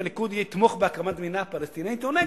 אם הליכוד יתמוך בהקמת מדינה פלסטינית או נגד,